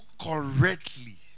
correctly